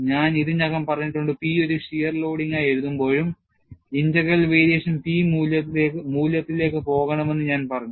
ഞാൻ ഇതിനകം പറഞ്ഞിട്ടുണ്ട് P ഒരു shear ലോഡിംഗായി എഴുതുമ്പോഴും integral variation P മൂല്യത്തിലേക്ക് പോകണമെന്ന് ഞാൻ പറഞ്ഞു